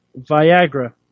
Viagra